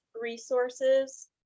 resources